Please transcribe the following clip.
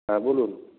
হ্যাঁ বলুন